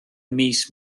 mis